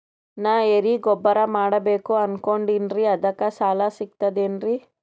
ನಾ ಎರಿಗೊಬ್ಬರ ಮಾಡಬೇಕು ಅನಕೊಂಡಿನ್ರಿ ಅದಕ ಸಾಲಾ ಸಿಗ್ತದೇನ್ರಿ?